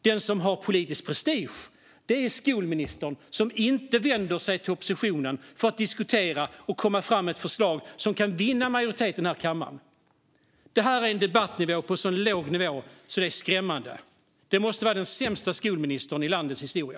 Den som har politisk prestige är skolministern, som inte vänder sig till oppositionen för att diskutera och komma fram med förslag som kan vinna majoritet i den här kammaren. Det här är en debatt på en sådan låg nivå att det är skrämmande. Detta måste vara den sämsta skolministern i landets historia.